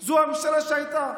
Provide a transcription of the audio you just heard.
זה הממשלה שהייתה.